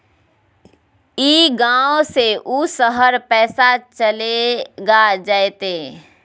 ई गांव से ऊ शहर पैसा चलेगा जयते?